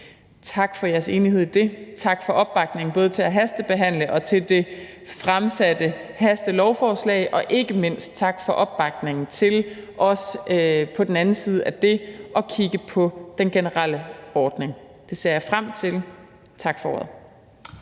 Tak for jeres enighed i det, og tak for opbakningen, både til at hastebehandle og til det fremsatte hastelovforslag. Og ikke mindst tak for opbakningen til også på den anden side af det at kigge på den generelle ordning. Det ser jeg frem til. Tak for ordet.